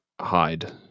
hide